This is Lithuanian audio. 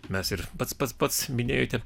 mes ir pats pats pats minėjote